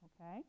Okay